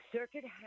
Circuit